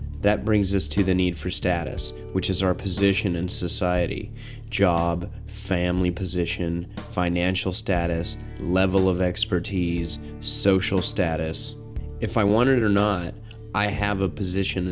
that brings us to the need for status which is our position in society job family position financial status level of expertise social status if i wanted it or not i have a position